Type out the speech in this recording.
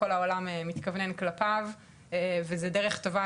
כל העולם מתכוונן כלפיו וזו דרך טובה